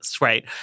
Right